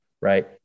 Right